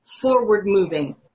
forward-moving